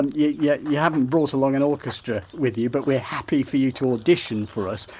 and you yeah you haven't brought along an orchestra with you but we're happy for you to audition for us.